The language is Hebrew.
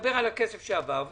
נדבר על הכסף שעבר.